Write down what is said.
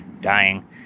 dying